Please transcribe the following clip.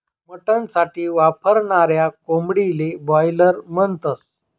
mutton साठी वापरनाऱ्या कोंबडीले बायलर म्हणतस